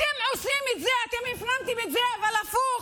אתם עושים את זה, אתם הפנמתם את זה, אבל הפוך.